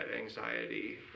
anxiety